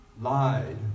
lied